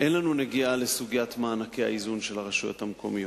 אין לנו נגיעה לסוגיית מענקי האיזון של הרשויות המקומיות.